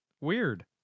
weird